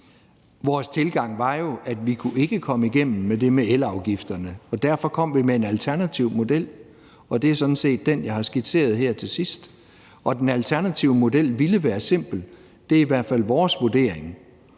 Vores tilgang var jo, at vi ikke kunne komme igennem med det med elafgifterne, og derfor kom vi med en alternativ model. Det er sådan set den, jeg har skitseret her til sidst. Den alternative model ville være simpel. Det er i hvert fald vores vurdering.